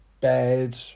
bed